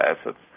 assets